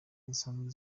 zisanzwe